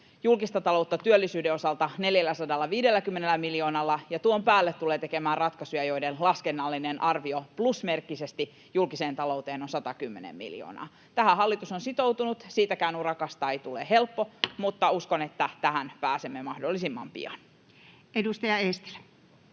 julkista taloutta työllisyyden osalta 450 miljoonalla, ja tulee tekemään tuon päälle ratkaisuja, joiden laskennallinen arvio julkiseen talouteen on plusmerkkisesti 110 miljoonaa. Tähän hallitus on sitoutunut. Siitäkään urakasta ei tule helppo, mutta uskon, että tähän pääsemme mahdollisimman pian. Edustaja Eestilä.